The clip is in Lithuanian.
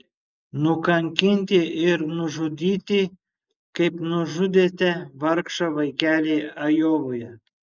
nukankinti ir nužudyti kaip nužudėte vargšą vaikelį ajovoje